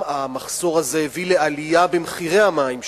אלא שהמחסור הזה גם הביא לעלייה במחירי המים,